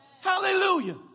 Hallelujah